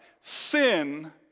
Sin